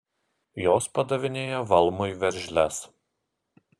jos padavinėja valmui veržles